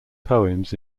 poems